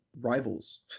rivals